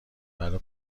برا